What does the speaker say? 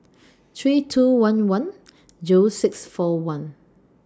three two one one Zero six four one